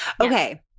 Okay